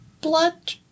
blood